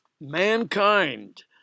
mankind